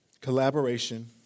collaboration